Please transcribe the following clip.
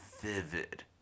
vivid